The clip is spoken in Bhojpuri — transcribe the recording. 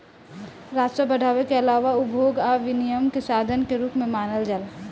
राजस्व बढ़ावे के आलावा उपभोग आ विनियम के साधन के रूप में मानल जाला